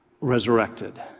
resurrected